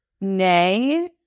nay